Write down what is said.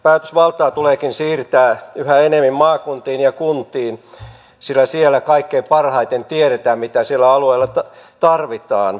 päätösvaltaa tuleekin siirtää yhä enemmän maakuntiin ja kuntiin sillä siellä kaikkein parhaiten tiedetään mitä siellä alueella tarvitaan